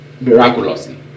miraculously